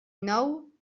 nou